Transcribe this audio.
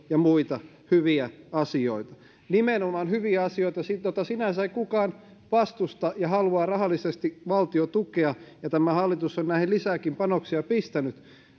ja muita hyviä asioita nimenomaan hyviä asioita joita sinänsä ei kukaan vastusta ja joita haluaa rahallisesti valtio tukea ja tämä hallitus on näihin lisääkin panoksia pistänyt